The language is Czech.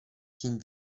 tím